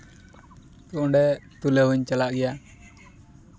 ᱚᱸᱰᱮ ᱛᱩᱞᱟᱹᱣ ᱤᱧ ᱪᱟᱞᱟᱜ ᱜᱮᱭᱟ